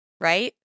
right